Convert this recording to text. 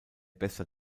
bester